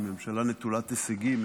היא ממשלה נטולת הישגים,